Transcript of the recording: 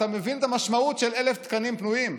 אתה מבין את המשמעות של 1,000 תקנים פנויים?